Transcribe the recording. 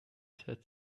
sat